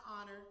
honor